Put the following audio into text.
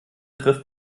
trifft